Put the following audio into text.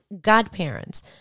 godparents